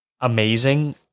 amazing